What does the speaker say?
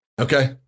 Okay